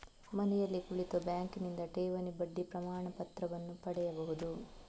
ಮನೆಯಲ್ಲಿ ಕುಳಿತು ಬ್ಯಾಂಕಿನಿಂದ ಠೇವಣಿ ಬಡ್ಡಿ ಪ್ರಮಾಣಪತ್ರವನ್ನು ಪಡೆಯಬಹುದು